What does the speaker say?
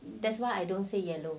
that's why I don't say yellow